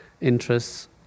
interests